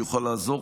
הוא יוכל לעזור.